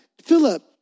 Philip